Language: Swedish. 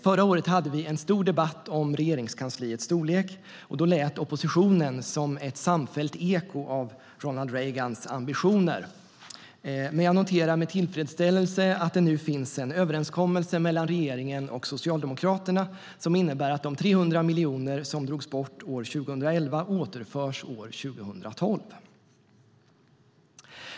Förra året hade vi en stor debatt om Regeringskansliets storlek, och då lät oppositionen som ett samfällt eko av Ronald Reagans ambitioner. Men jag noterar med tillfredsställelse att det nu finns en överenskommelse mellan regeringen och Socialdemokraterna som innebär att de 300 miljoner kronor som drogs bort år 2011 återförs år 2012.